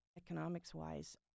economics-wise